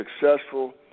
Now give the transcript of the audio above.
successful